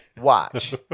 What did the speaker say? Watch